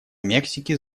мексики